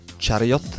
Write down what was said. Chariot